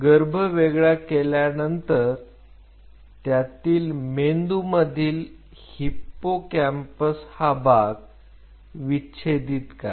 गर्भ वेगळा केल्यानंतर त्यातील मेंदू मधील हिप्पोकॅम्पस हा भाग विच्छेदित करा